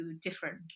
different